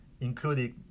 including